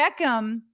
Beckham